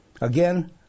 Again